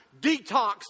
detox